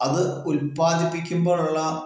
അത് ഉത്പാദിപ്പിക്കുമ്പോഴുള്ള